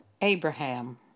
Abraham